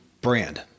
brand